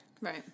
right